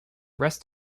rest